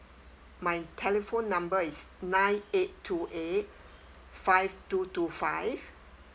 my telephone number is nine eight two eight five two two five